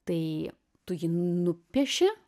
tai tu jį nupieši